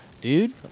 Dude